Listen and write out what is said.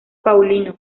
paulino